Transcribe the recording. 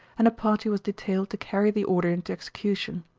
and a party was detailed to carry the order into execution.